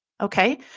okay